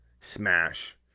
smash